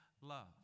love